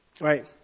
Right